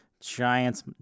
Giants